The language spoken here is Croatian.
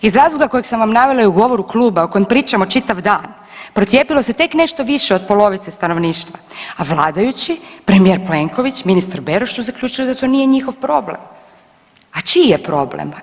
Iz razloga kojeg sam vam navela i u govoru kluba o kojem pričamo čitav dan procijepilo se tek nešto više od polovice stanovništva, a vladajući, premijer Plenković i ministar Beroš su zaključili da to nije njihov problem, a čiji je problem?